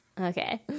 Okay